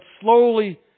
slowly